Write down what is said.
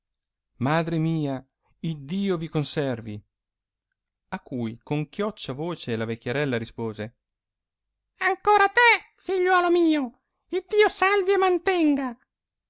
madre mia iddio vi conservi a cui con chioccia voce la vecchiarella rispose ancora te figliuolo mio iddio salvi e mantenga